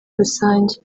rusange